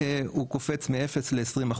והוא קופץ מ-0% ל-20%,